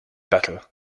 battle